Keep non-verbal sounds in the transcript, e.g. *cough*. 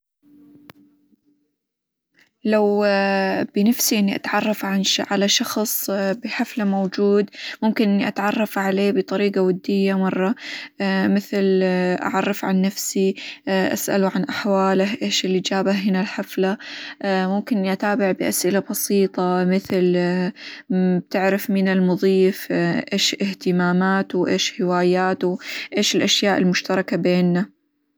لو *hesitation* بنفسي إني أتعرف -عن ش- على شخص *hesitation* بحفلة موجود ممكن إني أتعرف عليه بطريقة ودية مرة *hesitation* مثل *hesitation* أعرفه عن نفسي *hesitation* أسأله عن أحواله إيش اللي جابه هنا الحفلة ؟ *hesitation* ممكن إني أتابع بأسئلة بسيطة مثل *hesitation* بتعرف مين المظيف؟ *hesitation* إيش إهتماماته؟ وإيش هواياته؟ إيش الأشياء المشتركة بينا؟